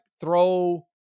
throw